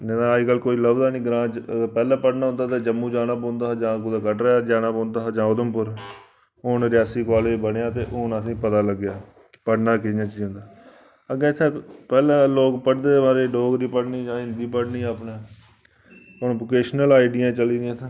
नेईं तां अज्ज कोई लभदा निं ग्रांऽ च पैह्लें पढ़ना होंदा ते जम्मू जाना पौंदा हा जां कुतै कटरा जाना पौंदा हा जां उधमपुर हून रियासी कॉलेज बनेआ ते हून असें ई पता लग्गेआ पढ़ना कि'यां जंदा अग्गें इत्थै पैह्लें लोक पढ़दे हे माराज डोगरी पढ़नी जां हिंदी पढ़नी अपने हून वोकेशनल आईडियां चली दियां इत्थै